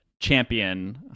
champion